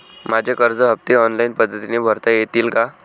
माझे कर्ज हफ्ते ऑनलाईन पद्धतीने भरता येतील का?